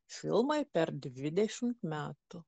filmai per dvidešimt metų